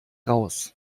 raus